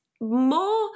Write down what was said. More